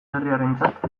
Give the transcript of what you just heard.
herritarrentzat